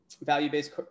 value-based